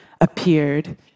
appeared